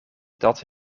dat